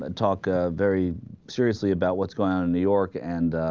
and talk ah. very seriously about what's going on and the orchid and